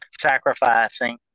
sacrificing